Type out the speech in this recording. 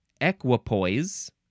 equipoise